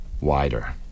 Wider